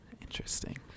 interesting